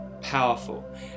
powerful